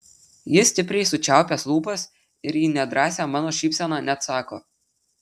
jis stipriai sučiaupęs lūpas ir į nedrąsią mano šypseną neatsako